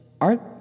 art